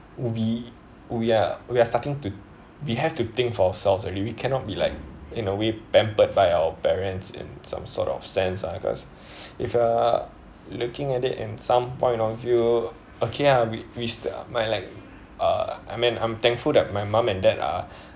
ubi~ oh ya we are starting to we have to think for ourselves already we cannot be like in a way pampered by our parents in some sort of sense lah cause if you are looking at it in some point of view okay ah we we stil~ my like uh I mean I'm thankful that my mom and dad are